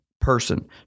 person